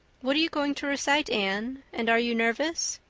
what are you going to recite, anne? and are you nervous?